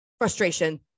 frustration